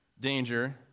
danger